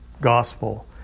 gospel